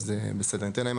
אז ניתן להם,